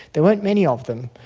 there weren't many of them,